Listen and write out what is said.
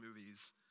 movies